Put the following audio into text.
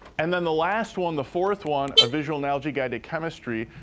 and then, the last one, the fourth one, a visual analogy guide to chemistry,